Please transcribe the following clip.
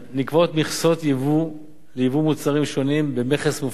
נקבעות מכסות ייבוא מוצרים שונים במכס מופחת.